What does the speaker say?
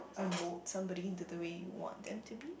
or move somebody into the way you want them to be